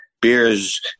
beer's